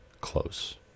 close